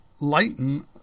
lighten